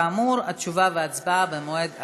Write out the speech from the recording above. כאמור, התשובה וההצבעה במועד אחר.